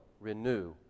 renew